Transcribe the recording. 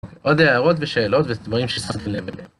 עוד הערות ושאלות, ודברים ששמתי לב אליהם